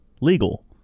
legal